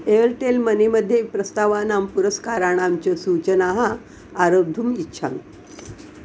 Airtel मनीमध्ये प्रस्तावानां पुरस्काराणां च सूचनाम् आरब्धुम् इच्छामि